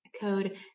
code